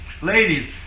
Ladies